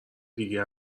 دیگه